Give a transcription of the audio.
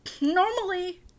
normally